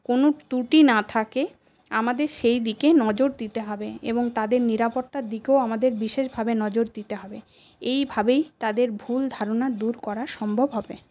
কোন ত্রুটি না থাকে আমাদের সেইদিকে নজর দিতে হবে এবং তাদের নিরাপত্তার দিকেও আমাদের বিশেষভাবে নজর দিতে হবে এই ভাবেই তাদের ভুল ধারণা দূর করা সম্ভব হবে